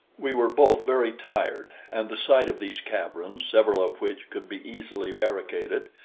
we were both very tired, and the sight of these caverns, several of which could be easily barricaded,